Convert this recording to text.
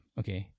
okay